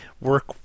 work